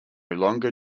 longer